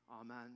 Amen